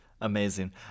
amazing